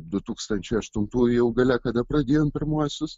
du tūkstančiai aštuntųjų jau gale kada pradėjom pirmuosius